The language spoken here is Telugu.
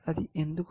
అది ఎందుకు